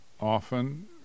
often